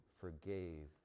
forgave